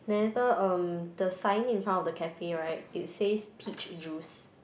then later um the sign in front of the cafe right it says peach juice